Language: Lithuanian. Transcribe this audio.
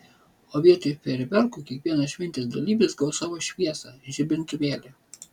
o vietoj fejerverkų kiekvienas šventės dalyvis gaus savo šviesą žibintuvėlį